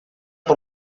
por